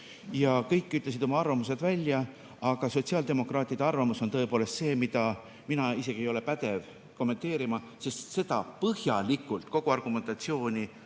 ja kõik ütlesid oma arvamuse välja. Aga sotsiaaldemokraatide arvamus on tõepoolest see, mida mina isegi ei ole pädev kommenteerima, sest kogu seda argumentatsiooni